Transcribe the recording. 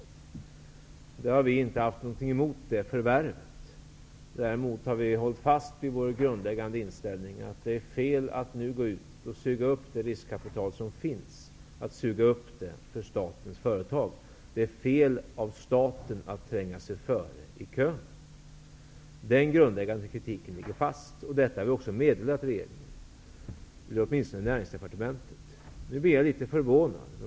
Det förvärvet har vi inte haft någonting emot. Däremot har vi hållit fast vid vår grundläggande inställning att det är fel att nu gå ut och suga upp det riskkapital som finns, att suga upp det för statens företag. Det är fel av staten att tränga sig före i kön. Den grundläggande kritiken ligger fast, och detta har vi också meddelat regeringen, åtminstone Näringsdepartementet. Nu blir jag litet förvånad.